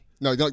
no